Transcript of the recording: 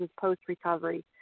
post-recovery